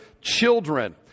children